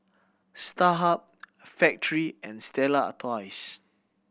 Starhub Factorie and Stella Artois